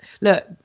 look